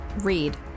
Read